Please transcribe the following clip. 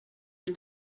bir